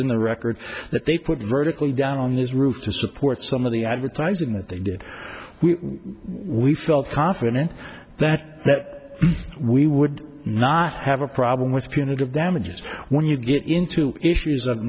in the record that they put vertical down on this roof to support some of the advertising that they did we felt confident that we would not have a problem with punitive damages when you get into issues of